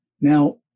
Now